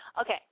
Okay